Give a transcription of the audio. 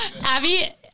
abby